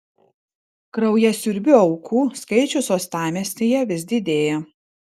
kraujasiurbių aukų skaičius uostamiestyje vis didėja